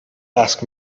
ask